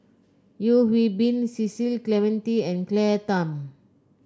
Yeo Hwee Bin Cecil Clementi and Claire Tham